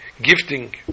gifting